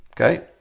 okay